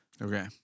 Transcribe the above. Okay